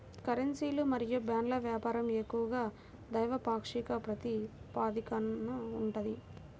కరెన్సీలు మరియు బాండ్ల వ్యాపారం ఎక్కువగా ద్వైపాక్షిక ప్రాతిపదికన ఉంటది